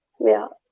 yeah.